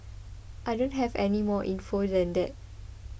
I don't have any more info than that